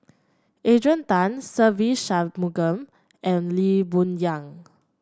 Adrian Tan Se Ve Shanmugam and Lee Boon Yang